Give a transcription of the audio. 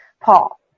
Paul